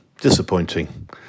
disappointing